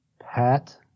Pat